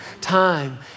time